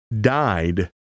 died